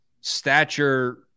stature